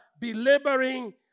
belaboring